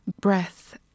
breath